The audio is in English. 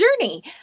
journey